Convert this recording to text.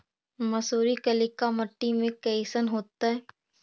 मसुरी कलिका मट्टी में कईसन होतै?